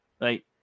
right